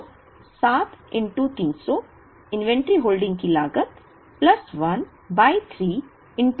तो 7 300 inventory holding की लागत प्लस 1 बाय 3 है